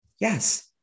Yes